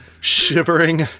shivering